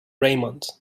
raymond